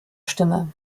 stimme